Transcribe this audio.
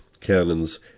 Canons